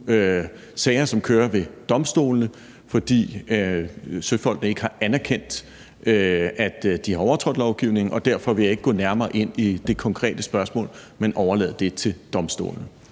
sager, som kører ved domstolene, fordi søfolkene ikke har erkendt, at de har overtrådt lovgivningen, og derfor vil jeg ikke gå nærmere ind på det konkrete spørgsmål, men overlade det til domstolene.